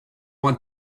want